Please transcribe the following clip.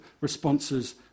responses